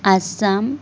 Assam